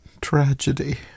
Tragedy